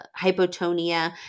hypotonia